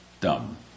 dumb